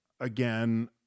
Again